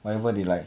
whatever they like